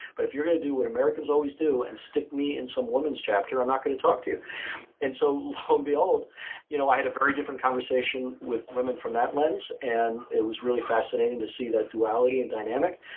but if you're going to do what americans always do and stick me in some women's chapter, i'm not going to talk to you. long and so um behold, you know i had a very different conversation with women from that lens and it was really fascinating to see that duality and dynamic,